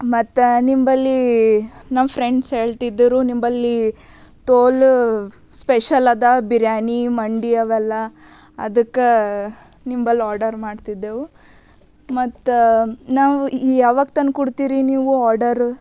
ಮತ್ತೆ ನಿಂಬಲ್ಲಿ ನಮ್ಮ ಫ್ರೆಂಡ್ಸ್ ಹೇಳ್ತಿದ್ರು ನಿಂಬಲ್ಲಿ ತೋಲು ಸ್ಪೆಷಲ್ ಅದ ಬಿರ್ಯಾನಿ ಮಂಡಿ ಅವೆಲ್ಲ ಅದಕ್ಕೆ ನಿಂಬಲ್ಲಿ ಆರ್ಡರ್ ಮಾಡ್ತಿದ್ದೆವು ಮತ್ತು ನಾವು ಈ ಯಾವಾಗ ತಂದು ಕೊಡ್ತೀರಿ ನೀವು ಆರ್ಡರ